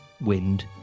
wind